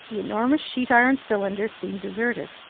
the enormous sheet-iron cylinder seemed deserted.